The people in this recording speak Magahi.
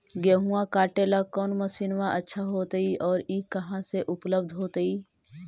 गेहुआ काटेला कौन मशीनमा अच्छा होतई और ई कहा से उपल्ब्ध होतई?